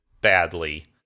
badly